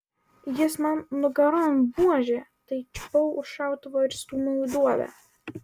jis man nugaron buože tai čiupau už šautuvo ir stūmiau į duobę